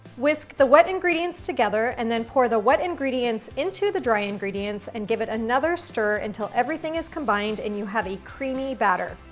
whisk the wet ingredients together and then pour the wet ingredients into the dry ingredients, and give it another stir until everything is combined and you have a creamy batter.